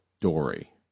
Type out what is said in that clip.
Dory